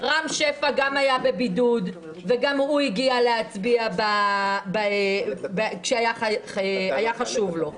רם שפע גם היה בבידוד וגם הוא הגיע להצביע כשהיה חשוב לו.